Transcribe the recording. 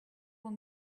will